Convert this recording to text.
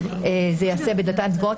זה ייעשה בדלתיים סגורות,